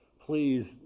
please